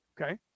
okay